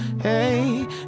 Hey